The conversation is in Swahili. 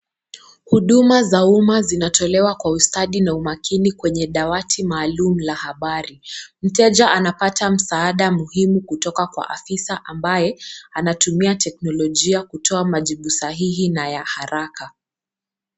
Huduma za umma zinatolewa kwa ustadi na umakini kwenye dawati maaluma la habari. Mteja anapata msaada muhimu katoka kwa afisa ambaye anatumia teknolojia kutoa majibu sahihi na ya haraka.